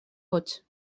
bots